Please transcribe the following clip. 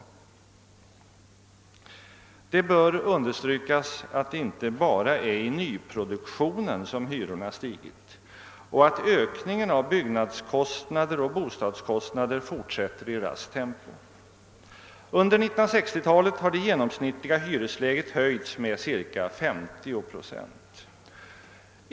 Det bör understrykas att det inte bara är i nyproduktionen som hyrorna har stigit och att ökningen av byggnadsoch bostadskostnader fortsätter i raskt tempo. Under 1960-talet har det genomsnittliga hyresläget höjts med cirka 50 procent.